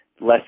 less